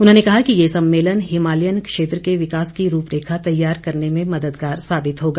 उन्होंने कहा कि ये सम्मेलन हिमालयन क्षेत्र के विकास की रूपरेखा तैयार करने में मददगार साबित होगा